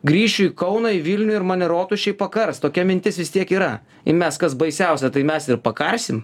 grįšiu į kauną į vilnių ir mane rotušėj pakars tokia mintis vis tiek yra ir mes kas baisiausia tai mes ir pakarsim